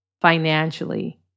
financially